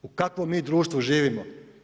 U kakvom mi društvu živimo?